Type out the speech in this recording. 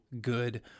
good